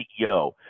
CEO